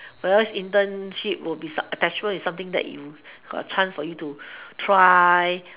where as internship will be attachment with something that you got a chance for you to try